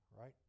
right